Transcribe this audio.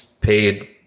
paid